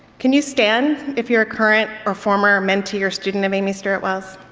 can you stand if you're a current or former mentee or student of amy stuart wells?